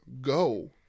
go